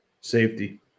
Safety